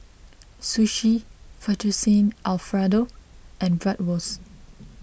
Sushi Fettuccine Alfredo and Bratwurst